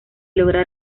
logra